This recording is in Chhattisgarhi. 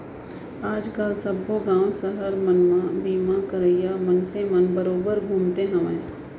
आज काल सब्बो गॉंव सहर मन म बीमा करइया मनसे मन बरोबर घूमते हवयँ